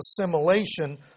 assimilation